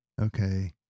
okay